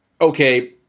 okay